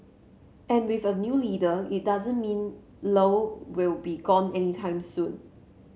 and with a new leader it doesn't mean Low will be gone anytime soon